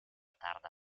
tarda